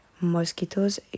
mosquitoes